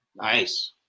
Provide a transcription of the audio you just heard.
Nice